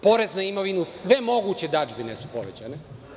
Porez na imovinu, sve moguće dažbine su povećane.